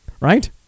right